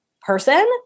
Person